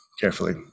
carefully